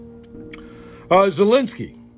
Zelensky